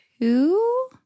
two